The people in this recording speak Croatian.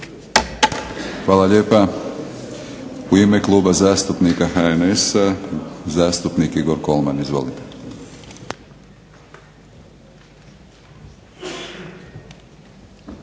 Hvala lijepa. U ime Kluba zastupnika HNS-a zastupnik Igor Kolman. Izvolite.